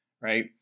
right